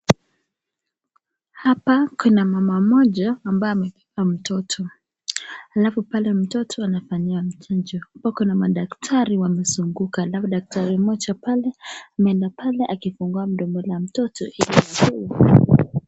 Hapa kuna mama mmoja ambaye amebeba mtoto. Halafu pale mtoto anafanyiwa mchanjo, huku kuna madakitari wamezunguk. Alafu dakitari moja pale ameenda pale amefungua mdomo la mtoto ili...